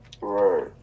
Right